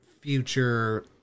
future